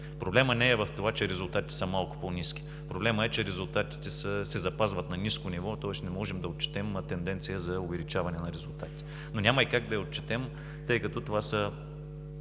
Проблемът не е в това, че резултатите са малко по-ниски. Проблемът е, че резултатите се запазват на ниско ниво, тоест не можем да отчетем тенденция за увеличаване на резултатите. Но няма и как да я отчетем, тъй като това са